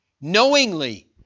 Knowingly